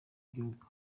gihugu